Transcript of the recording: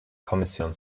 kommission